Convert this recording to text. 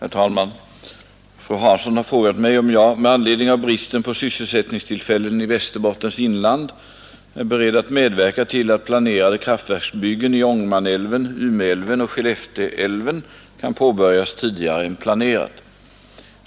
Herr talman! Fru Hansson har frågat mig om jag — med anledning av bristen på sysselsättningstillfällen i Västerbottens inland — är beredd att medverka till att planerade kraftverksbyggen i Ångermanälven, Umeälven och Skellefteälven kan påbörjas tidigare än planerat.